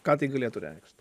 ką tai galėtų reikšt